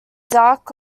dark